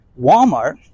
Walmart